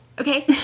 okay